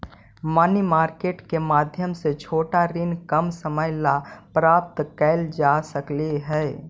money market के माध्यम से छोटा ऋण कम समय ला प्राप्त कैल जा सकऽ हई